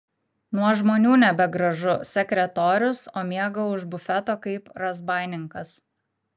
nuo žmonių nebegražu sekretorius o miega už bufeto kaip razbaininkas